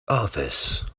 office